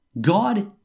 God